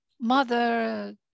Mother